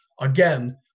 again